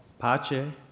Pache